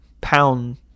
pound